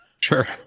Sure